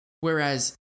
Whereas